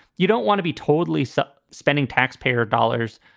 you don't want to be totally so spending taxpayer dollars,